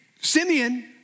Simeon